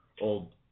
old